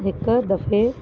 हिकु दफ़े